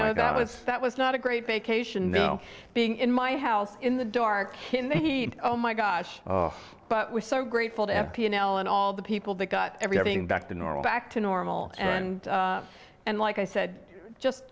know that was that was not a great vacation though being in my house in the dark in the heat oh my gosh but we're so grateful to f p and l and all the people that got everything back to normal back to normal and like i said just